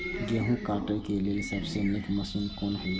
गेहूँ काटय के लेल सबसे नीक मशीन कोन हय?